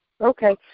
Okay